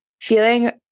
feeling